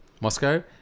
Moscow